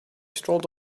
strolled